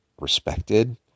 respected